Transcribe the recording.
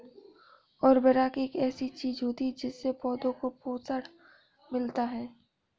उर्वरक एक ऐसी चीज होती है जिससे पौधों को पोषण मिलता है